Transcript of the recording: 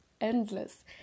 endless